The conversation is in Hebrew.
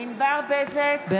ענבר בזק,